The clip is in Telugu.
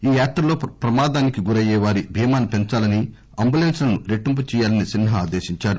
ఈ యాత్రలో ప్రమాదానికి గురయ్యే వారి భీమాను పెంచాలని అంబులెస్స్లను రెట్టింపు చేయాలని సిన్హా ఆదేశించారు